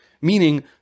meaning